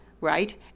right